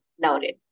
noted